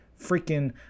freaking